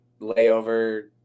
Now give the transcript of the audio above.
layover